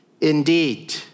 indeed